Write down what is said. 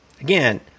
Again